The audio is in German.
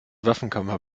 waffenkammer